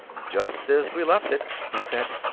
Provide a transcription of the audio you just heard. just as we left it, he said.